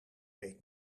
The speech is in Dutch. weet